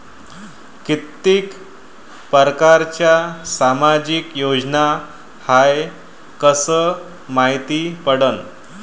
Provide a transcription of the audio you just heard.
कितीक परकारच्या सामाजिक योजना हाय कस मायती पडन?